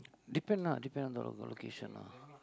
depend ah depend on the location ah